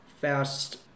fast